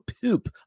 poop